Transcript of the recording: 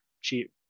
cheap